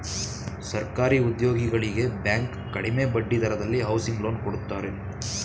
ಸರ್ಕಾರಿ ಉದ್ಯೋಗಿಗಳಿಗೆ ಬ್ಯಾಂಕ್ ಕಡಿಮೆ ಬಡ್ಡಿ ದರದಲ್ಲಿ ಹೌಸಿಂಗ್ ಲೋನ್ ಕೊಡುತ್ತಾರೆ